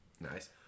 Nice